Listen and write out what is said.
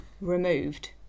removed